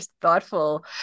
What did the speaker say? thoughtful